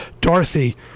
Dorothy